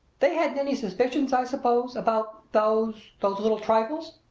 they hadn't any suspicions, i suppose, about those those little trifles?